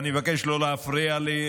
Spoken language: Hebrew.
ואני מבקש לא להפריע לי,